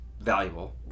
valuable